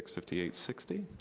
fifty eight, sixty,